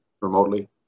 remotely